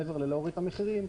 מעבר להורדת המחירים,